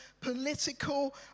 political